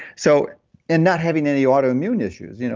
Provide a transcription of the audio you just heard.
so and not having any autoimmune issues, you know